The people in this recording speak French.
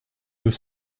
deux